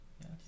yes